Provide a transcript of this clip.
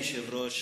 אדוני היושב-ראש,